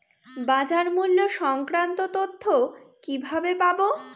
বাজার মূল্য সংক্রান্ত তথ্য কিভাবে পাবো?